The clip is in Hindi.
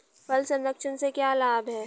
फल संरक्षण से क्या लाभ है?